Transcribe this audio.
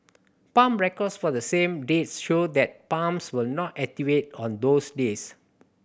pump records for the same dates show that pumps were not activated on those days